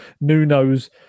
Nuno's